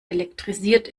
elektrisiert